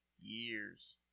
years